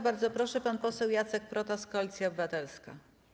Bardzo proszę, pan poseł Jacek Protas, Koalicja Obywatelska.